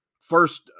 first